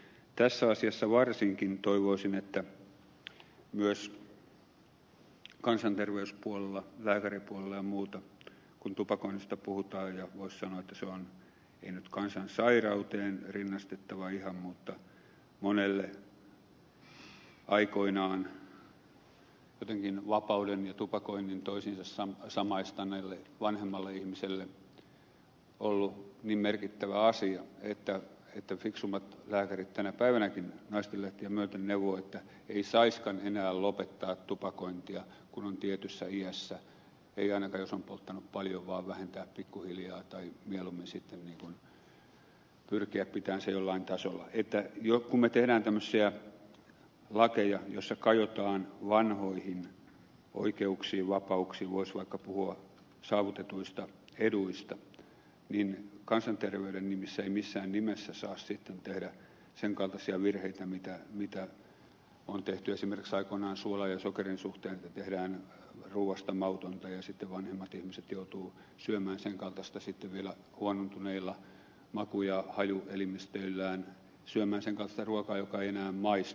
tässä asiassa varsinkin toivoisin että myös kansanterveyspuolella lääkäripuolella ja muuta kun tupakoinnista puhutaan ja voisi sanoa että se on ei nyt kansansairauteen rinnastettava ihan mutta monelle aikoinaan jotenkin vapauden ja tupakoinnin toisiinsa samaistaneelle vanhemmalle ihmiselle ollut niin merkittävä asia että fiksummat lääkärit tänä päivänäkin naistenlehtiä myöten neuvovat että ei saisikaan enää lopettaa tupakointia kun on tietyssä iässä ei ainakaan jos on polttanut paljon vaan vähentää pikkuhiljaa tai mieluummin sitten pyrkiä pitämään se jollakin tasolla niin kun me teemme tällaisia lakeja joissa kajotaan vanhoihin oikeuksiin vapauksiin voisi vaikka puhua saavutetuista eduista niin kansanterveyden nimissä ei missään nimessä saa sitten tehdä sen kaltaisia virheitä mitä on tehty esimerkiksi aikoinaan suolan ja sokerin suhteen että tehdään ruuasta mautonta ja sitten vanhemmat ihmiset joutuvat syömään vielä huonontuneilla maku ja hajuelimistöillään sen kaltaista ruokaa joka ei enää maistu